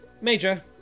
Major